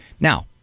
Now